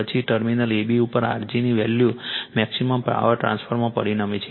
પછી terminal ab ઉપર R g ની વેલ્યુ મેક્સિમમ પાવર ટ્રાન્સફરમાં પરિણમે છે